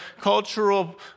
cultural